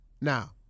Now